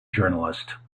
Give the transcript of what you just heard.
journalist